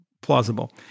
plausible